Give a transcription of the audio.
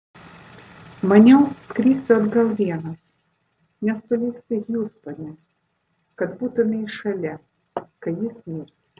maniau skrisiu atgal vienas nes tu liksi hjustone kad būtumei šalia kai jis mirs